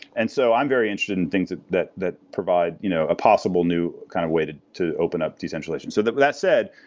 and so i'm very interested in things ah that that provide you know a possible new kind of way to to open up decentralization. so that's said,